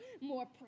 more